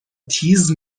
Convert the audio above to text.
تیز